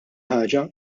ħaġa